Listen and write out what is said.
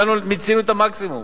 מיצינו את המקסימום.